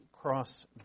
cross